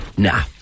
nah